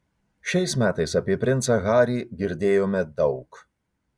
šiais metais apie princą harį girdėjome daug